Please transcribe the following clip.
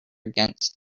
against